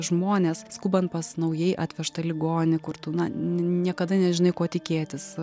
žmonės skubant pas naujai atvežtą ligonį kur tu na nie niekada nežinai ko tikėtis